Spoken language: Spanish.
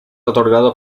otorgado